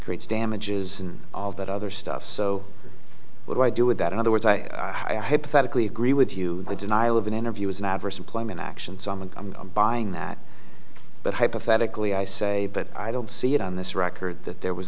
creates damages and all that other stuff so what do i do with that in other words i i hypothetically agree with you the denial of an interview is an adverse employment action someone coming on buying that but hypothetically i say but i don't see it on this record that there was